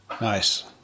Nice